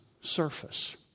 surface